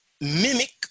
mimic